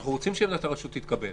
אנחנו רוצים שעמדת הרשות תתקבל.